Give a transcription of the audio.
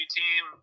team